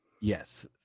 Yes